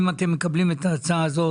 אם אתם מקבלים את ההצעה הזאת,